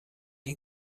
این